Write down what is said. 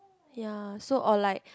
ya so or like